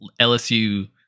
LSU